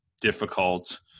difficult